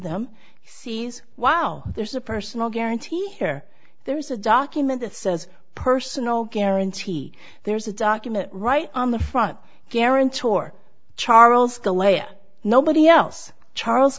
them sees wow there's a personal guarantee here there's a document that says personal guarantee there's a document right on the front guarantor charles the way nobody else charles